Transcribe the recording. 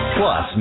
Plus